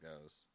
goes